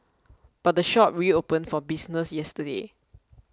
but the shop reopened for business yesterday